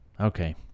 Okay